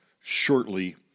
shortly